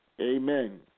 Amen